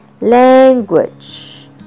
Language